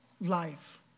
life